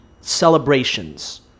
celebrations